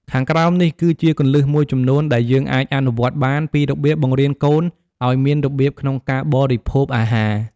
ខាងក្រោមនេះ គឺជាគន្លឹះមួយចំនួនដែលយើងអាចអនុវត្តបាន ពីរបៀបបង្រៀនកូនឲ្យមានរបៀបក្នុងការបរិភោគអាហារ។